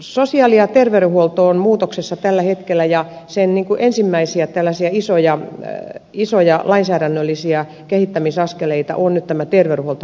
sosiaali ja terveydenhuolto on muutoksessa tällä hetkellä ja sen ensimmäisiä tällaisia isoja lainsäädännöllisiä kehittämisaskeleita on nyt tämä terveydenhuoltolaki